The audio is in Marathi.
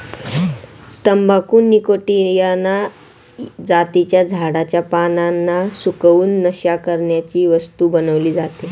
तंबाखू निकॉटीयाना जातीच्या झाडाच्या पानांना सुकवून, नशा करण्याची वस्तू बनवली जाते